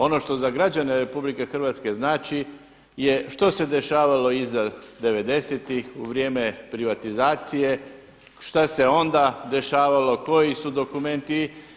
Ono što za građane RH znači je što se dešavalo iza devedesetih u vrijeme privatizacije, šta se onda dešavalo, koji su dokumenti.